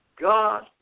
God